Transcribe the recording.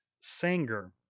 Sanger